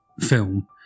film